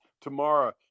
tomorrow